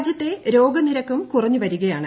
രാജ്യത്തെ രോഗനിരക്കും കുറഞ്ഞു വരികയാണ്